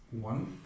one